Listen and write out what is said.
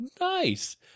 Nice